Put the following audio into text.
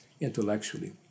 intellectually